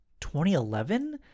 2011